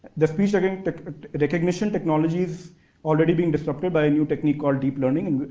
the speech like and recognition technologies already being disrupted by a new technique called deep learning, and